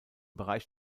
bereich